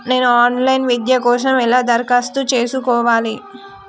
నేను online విద్య కోసం ఎలా దరఖాస్తు చేసుకోవాలి?